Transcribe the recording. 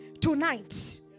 Tonight